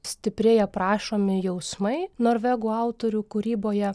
stipriai aprašomi jausmai norvegų autorių kūryboje